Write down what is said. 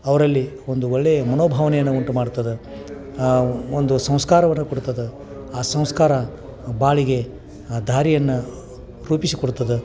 ಅವರಲ್ಲಿ ಒಂದು ಒಳ್ಳೆಯ ಮನೋಭಾವನೆಯನ್ನು ಉಂಟು ಮಾಡ್ತದೆ ಒಂದು ಸಂಸ್ಕಾರವನ್ನ ಕೊಡ್ತದೆ ಆ ಸಂಸ್ಕಾರ ಬಾಳಿಗೆ ದಾರಿಯನ್ನು ರೂಪಿಸಿಕೊಡ್ತದೆ